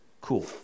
Cool